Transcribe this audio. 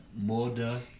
Muda